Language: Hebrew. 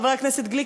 חבר הכנסת גליק,